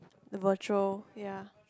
the virtual ya